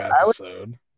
episode